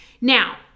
Now